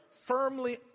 firmly